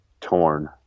torn